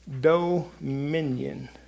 dominion